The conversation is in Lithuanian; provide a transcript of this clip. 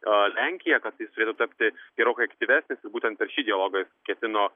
a lenkija kad jis turėtų tapti gerokai aktyvesnis ir būtent per šį dialogą ketino